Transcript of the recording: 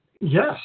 Yes